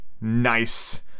nice